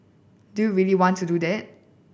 do you really want to do that